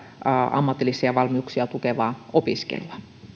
ammatillisia valmiuksia tukevaa opiskelua